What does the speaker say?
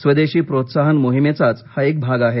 स्वदेशी प्रोत्साहन मोहीमेचाच हा एक भाग आहे